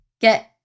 get